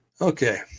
Okay